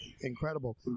incredible